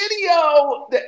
video